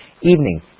Evening